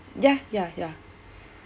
ya ya ya